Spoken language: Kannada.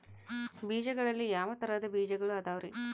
ಬೇಜಗಳಲ್ಲಿ ಯಾವ ತರಹದ ಬೇಜಗಳು ಅದವರಿ?